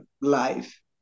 life